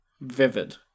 vivid